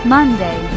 Monday